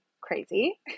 crazy